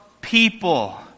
people